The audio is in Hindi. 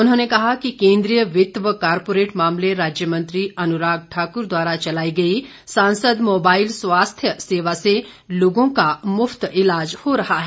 उन्होंने कहा कि केन्द्रीय वित्त व कॉर्पोरेट मामले राज्य मंत्री अनुराग ठाकुर द्वारा चलाई गई सांसद मोबाईल स्वास्थ्य सेवा से लोगों का मुफ्त इलाज हो रहा है